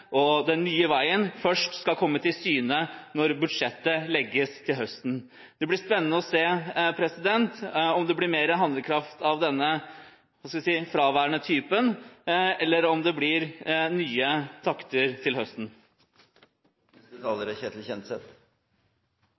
og den nye veien først skal komme til syne når budsjettet legges til høsten. Det blir spennende å se om det blir mer handlekraft av denne fraværende typen, eller om det blir nye takter til høsten.